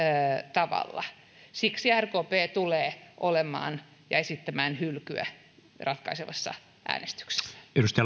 tavalla siksi rkp tulee esittämään hylkyä ratkaisevassa äänestyksessä